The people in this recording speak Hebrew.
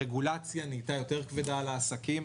הרגולציה נהייתה יותר כבדה על העסקים,